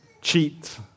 cheat